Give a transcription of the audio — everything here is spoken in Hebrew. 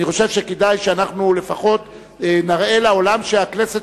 אני חושב שכדאי שלפחות נראה לעולם שהכנסת